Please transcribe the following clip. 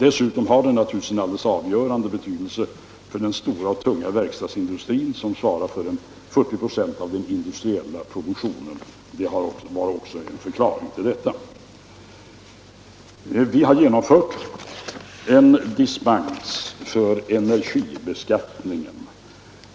Dessutom har den naturligtvis en alldeles avgörande betydelse för den stora och tunga verkstadsindustrin som svarar för 40 96 av den industriella produktionen. Vi har genomfört en dispens för energibeskattningen.